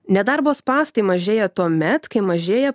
nedarbo spąstai mažėja tuomet kai mažėja